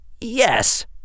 Yes